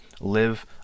live